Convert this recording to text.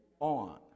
on